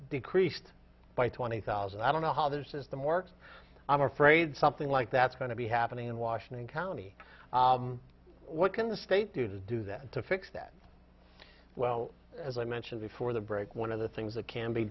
decreased by twenty thousand i don't know how this system works i'm afraid something like that's going to be happening in washington county what can the state do to do that to fix that well as i mentioned before the break one of the things that can be